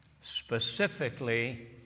specifically